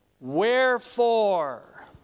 Wherefore